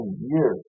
years